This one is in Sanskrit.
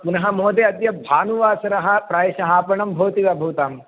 पुनः महोदय अद्य भानुवासरः प्रायशः आपणं भवति वा भवताम्